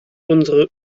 unsere